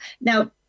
Now